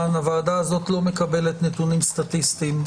הוועדה הזאת לא מקבלת נתונים סטטיסטיים.